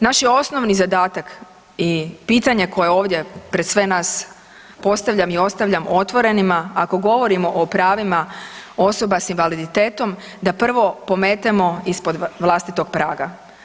Naš je osnovni zadatak i pitanje koje ovdje pred sve nas postavljam i ostavljam otvorenima, ako govorimo o pravima osoba s invaliditetom da prvo pometemo ispod vlastitog praga.